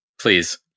Please